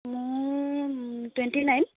মোৰ twenty nine